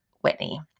Whitney